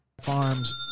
Farms